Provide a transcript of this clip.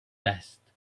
test